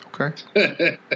Okay